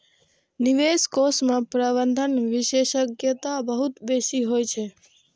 निवेश कोष मे प्रबंधन विशेषज्ञता बहुत बेसी होइ छै